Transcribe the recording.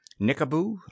Nickaboo